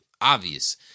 obvious